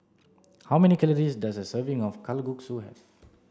how many calories does a serving of Kalguksu